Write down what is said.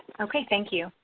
okay thank you.